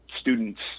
students